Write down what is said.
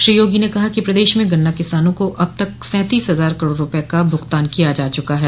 श्री योगी ने कहा कि प्रदेश में गन्ना किसानों को अब तक सैंतीस हजार करोड़ रूपय का भुगतान किया जा चुका है